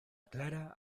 clara